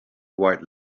white